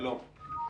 שלום.